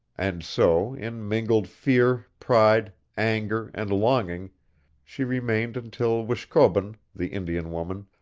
and so in mingled fear, pride, anger, and longing she remained until wishkobun, the indian woman,